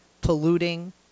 polluting